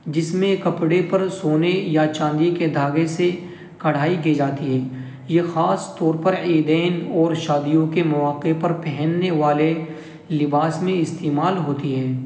جس میں کپڑے پر سونے یا چاندی کے دھاگے سے کڑھائی کی جاتی ہے یہ خاص طور پر عیدین اور شادیوں کے مواقع پر پہننے والے لباس میں استعمال ہوتی ہے